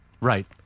right